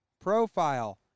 profile